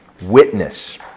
witness